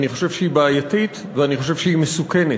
אני חושב שהיא בעייתית ואני חושב שהיא מסוכנת.